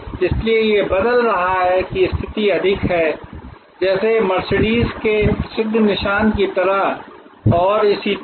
इसलिए यह बदल रहा है कि यह स्थिति अधिक है जैसे कि मर्सिडीज के प्रसिद्ध निशान की तरह और इसी तरह